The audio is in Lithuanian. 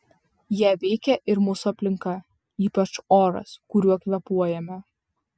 ją veikia ir mūsų aplinka ypač oras kuriuo kvėpuojame